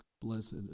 Blessed